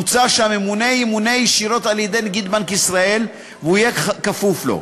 מוצע שהממונה ימונה ישירות על-ידי נגיד בנק ישראל ויהיה כפוף לו.